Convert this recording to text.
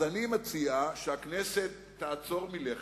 אז אני מציע שהכנסת תעצור מלכת,